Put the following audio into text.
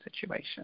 situation